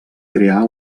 crear